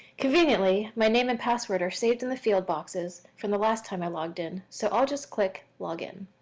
conveniently, my name and password are saved in the field boxes from the last time i logged in. so i'll just click log in.